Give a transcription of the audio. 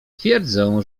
twierdzą